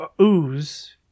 Ooze